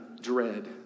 dread